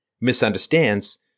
misunderstands